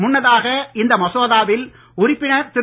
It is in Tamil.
முன்னதாக இந்த மசோதாவின் உறுப்பினர் திரு